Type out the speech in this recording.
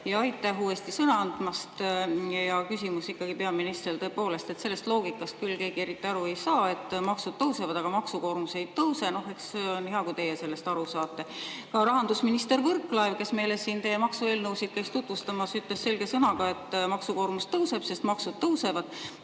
Aitäh uuesti sõna andmast! Küsimus ikkagi on, peaminister, see, et tõepoolest, sellest loogikast küll keegi eriti aru ei saa, et maksud tõusevad, aga maksukoormus ei tõuse. See on hea, kui teie sellest aru saate. Ka rahandusminister Võrklaev, kes meile siin teie maksueelnõusid käis tutvustamas, ütles selge sõnaga, et maksukoormus tõuseb, sest maksud tõusevad.